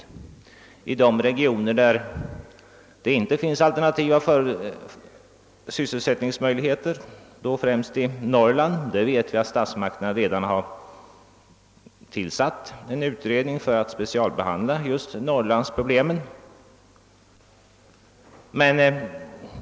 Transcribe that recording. För de regioner där det inte finns alternativa sysselsättningsmöjligheter, främst i Norrland, vet jag att statsmakterna redan har tillsatt en utredning för att specialbehandla dessa problem.